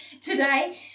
today